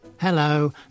Hello